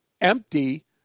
empty